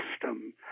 system